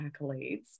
accolades